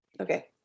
okay